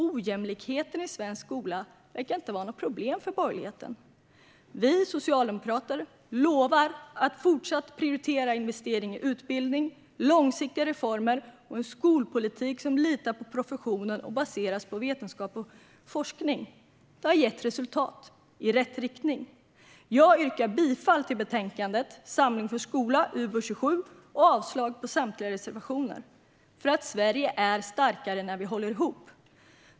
Ojämlikheten i svensk skola verkar inte vara något problem för borgerligheten. Vi socialdemokrater lovar att fortsätta att prioritera investeringar i utbildning, långsiktiga reformer och en skolpolitik som litar på professionen och baseras på vetenskap och forskning. Det har gett resultat i rätt riktning. Jag yrkar bifall till utskottets förslag i UbU27 Samling för skolan och avslag på samtliga reservationer - för att Sverige är starkare när vi håller ihop.